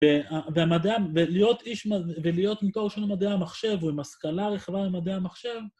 ‫והמדע, ולהיות איש מ... ולהיות עם תואר של מדעי המחשב, ‫או עם השכלה רחבה למדעי המחשב.